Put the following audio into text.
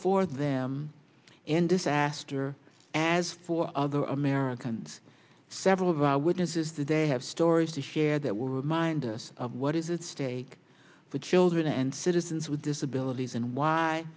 for them in this aster as for other americans several of the witnesses today have stories to share that were reminded us of what is a stake for children and citizens with disabilities and why